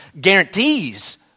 guarantees